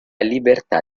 libertà